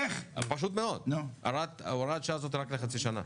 פשוט מאוד: הוראת השעה הזאת היא רק לחצי שנה.